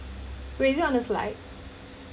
wait is it on the slide